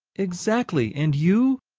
exactly. and you?